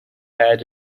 add